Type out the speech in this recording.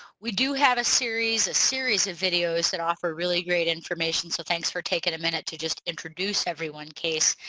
we do have a series a series of videos that offer really great information so thanks for taking a minute to just introduce everyone casey.